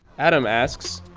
adam asks,